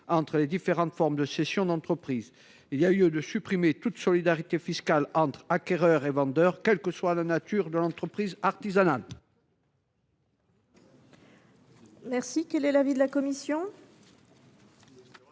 entre les différentes formes de cession d’entreprises. Il y a lieu de supprimer toute solidarité fiscale entre acquéreur et vendeur, quelle que soit la nature de l’entreprise.